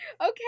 okay